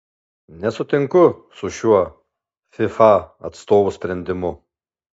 nesutinku su šiuo fifa atstovų sprendimu